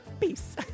Peace